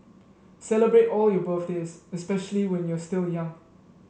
celebrate all your birthdays especially when you're still young